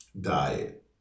diet